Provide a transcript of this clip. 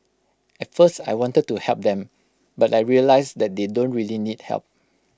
at first I wanted to help them but I realised that they don't really need help